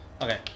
Okay